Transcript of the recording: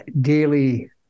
daily